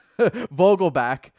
Vogelback